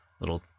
little